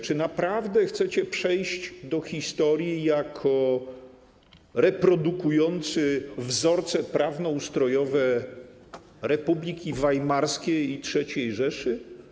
Czy naprawdę chcecie przejść do historii jako reprodukujący wzorce prawno-ustrojowe Republiki Weimarskiej i III Rzeszy?